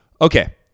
Okay